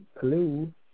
Hello